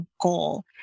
goal